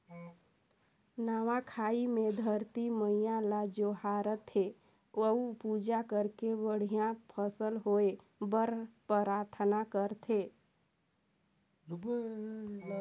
नवा खाई मे धरती मईयां ल जोहार थे अउ पूजा करके बड़िहा फसल होए बर पराथना करथे